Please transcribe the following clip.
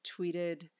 tweeted